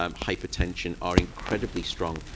um hypertension, are incredibly strong.